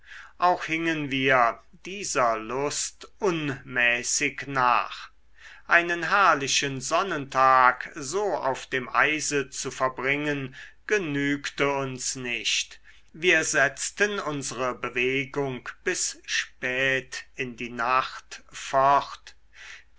auch hingen wir dieser lust unmäßig nach einen herrlichen sonnentag so